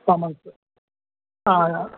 ஆமாங்க சார் ஆ